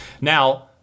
Now